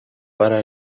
para